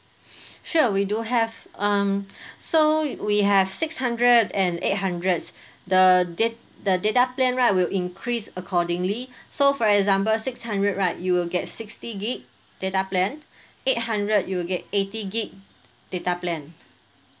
sure we do have um so we have six hundred and eight hundred the date the data plan right will increase accordingly so for example six hundred right you will get sixty gig data plan eight hundred you will get eighty gig data plan